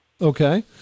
Okay